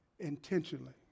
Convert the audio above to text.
intentionally